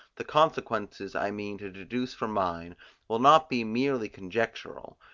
the consequences i mean to deduce from mine will not be merely conjectural,